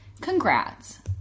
Congrats